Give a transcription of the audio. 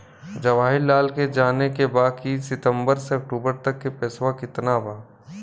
जवाहिर लाल के जाने के बा की सितंबर से अक्टूबर तक के पेसवा कितना बा?